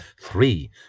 three